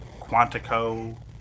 Quantico